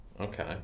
Okay